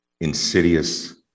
insidious